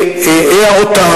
ההערות,